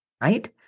right